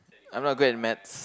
I'm not good at maths